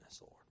Lord